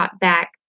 back